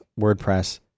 WordPress